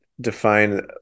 define